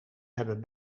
hebben